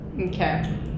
Okay